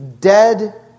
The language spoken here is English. dead